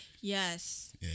yes